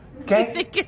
Okay